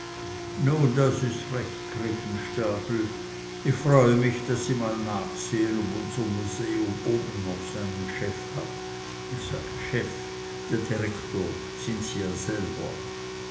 nun das ist recht krippenstapel ich freue mich daß sie mal nachsehn ob unser museum oben noch seinen chef hat ich sage chef der direktor sind sie ja selber